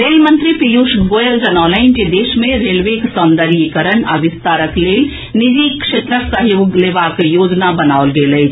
rail मंत्री पीयूष गोयल जनौलनि जे देश मे रेलवेक सौंदर्यीकरण आ विस्तारक लेल निजी क्षेत्रक सहयोग लेबाक योजना बनाओल गेल अछि